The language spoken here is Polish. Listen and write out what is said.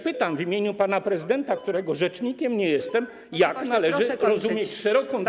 Pytam w imieniu pana prezydenta, którego rzecznikiem nie jestem: Jak należy rozumieć szeroką debatę.